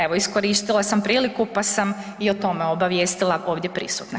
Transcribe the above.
Evo, iskoristila sam priliku pa sam i o tome obavijestila ovdje prisutne.